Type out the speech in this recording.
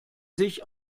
sich